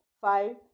five